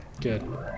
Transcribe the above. good